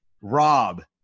Rob